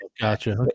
Gotcha